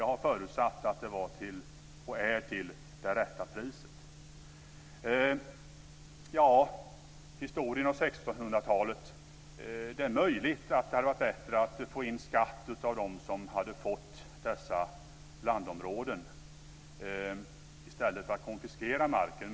Jag har förutsatt att det var, och är, till det rätta priset. När det gäller historien och 1600-talet är det möjligt att det hade varit bättre att få in skatt av dem som hade fått dessa landområden, i stället för att konfiskera marken.